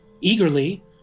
Eagerly